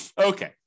Okay